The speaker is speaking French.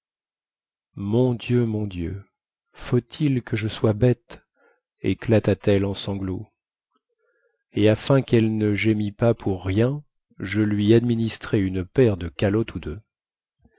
mon dieu mon dieu faut-il que je sois bête éclata t elle en sanglots et afin quelle ne gémît pas pour rien je lui administrai une paire de calottes ou deux